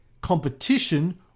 competition